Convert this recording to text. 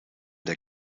der